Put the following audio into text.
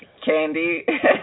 candy